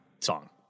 song